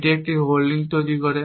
এটি একটি হোল্ডিং তৈরি করে